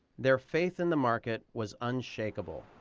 their faith in the market was unshakeable.